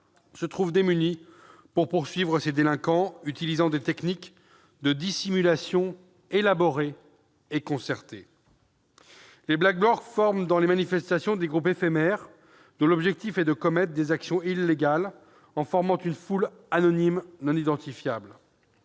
se trouvent démunis pour poursuivre ces délinquants utilisant des techniques de dissimulation élaborées et concertées. Dans les manifestations, les Black Blocs forment des groupes éphémères, dont l'objectif est de commettre des actions illégales, en formant une foule anonyme non identifiable.